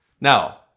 Now